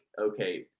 okay